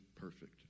perfect